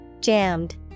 Jammed